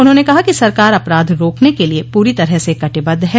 उन्होंने कहा कि सरकार अपराध रोकने के लिए पूरी तरह से कटिबद्ध है